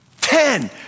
Ten